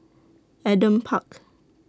Adam Park